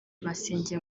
masenge